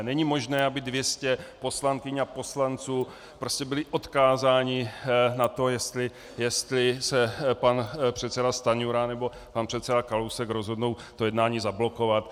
Není možné, aby 200 poslankyň a poslanců prostě bylo odkázáno na to, jestli se pan předseda Stanjura nebo pan předseda Kalousek rozhodnou to jednání zablokovat.